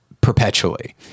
perpetually